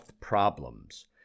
problems